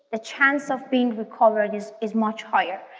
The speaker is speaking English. the chance of being recovered is is much higher.